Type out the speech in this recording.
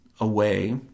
away